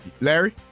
Larry